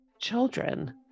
children